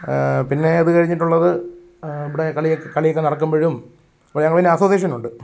പിന്നെ അത് കഴിഞ്ഞിട്ടുള്ളത് ഇവിടെ കളിയെക്ക് കളിയൊക്കെ നടക്കുമ്പോഴും ഇപ്പോൾ ഞങ്ങൾ പിന്നെ അസോസിയേഷനുണ്ട്